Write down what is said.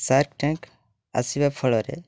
Shark Tank ଆସିବା ଫଳରେ